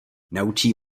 naučí